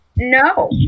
No